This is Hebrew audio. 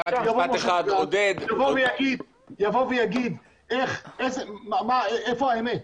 יבוא משה דגן ויגיד איפה האמת.